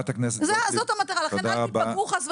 זאת המטרה לכן אל תפגעו חס וחלילה.